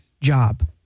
job